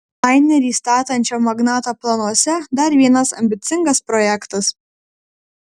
lainerį statančio magnato planuose dar vienas ambicingas projektas